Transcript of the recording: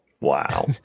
Wow